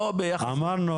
לא ביחס --- אמרנו